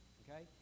okay